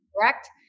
correct